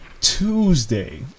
Tuesday